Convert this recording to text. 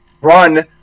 run